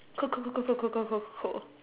cool cool cool cool cool cool